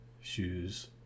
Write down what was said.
shoes